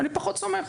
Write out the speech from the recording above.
אני פחות סומך,